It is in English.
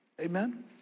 Amen